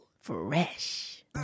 Fresh